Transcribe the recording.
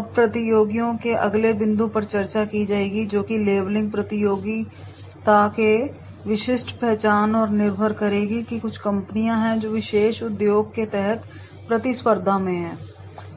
अब प्रतियोगियों के अगले बिंदु पर चर्चा की जाएगी जो कि लेबलिंग प्रतियोगिता के लिए विशिष्ट पहचान पर निर्भर करेगी कुछ ऐसी कंपनियां हैं जो इस विशेष उद्योग के तहत प्रतिस्पर्धा में हैं